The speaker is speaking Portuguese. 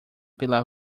pela